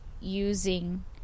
using